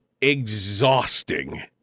exhausting